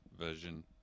version